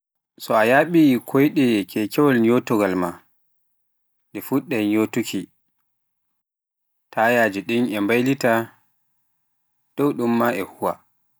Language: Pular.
So a yaaɓi koyde kekewaal maa nyotorgal, nɗi fuɗɗai nyotuuki, tayaajin e mbaylito dow ɗum maa e huuwa.